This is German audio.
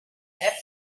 app